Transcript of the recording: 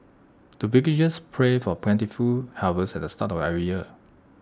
the villagers pray for plentiful harvest at the start of every year